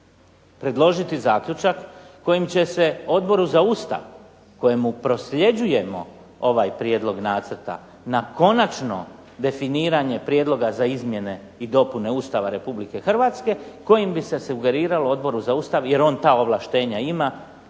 predložiti zaključak kojim će se Odboru za Ustav kojemu prosljeđujemo ovaj prijedlog nacrta na konačno definiranje prijedloga za izmjene i dopune Ustava Republike Hrvatske kojim bi se sugeriralo Odboru za Ustav jer on ta ovlaštenja ima